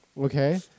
Okay